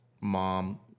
mom